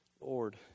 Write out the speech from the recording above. Lord